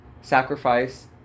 Sacrifice